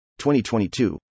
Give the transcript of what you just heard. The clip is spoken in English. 2022